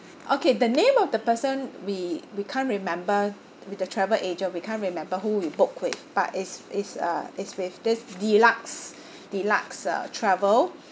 okay the name of the person we we can't remember with the travel agent we can't remember who we booked with but it's it's uh it's with this deluxe deluxe uh travel